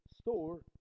store